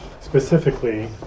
specifically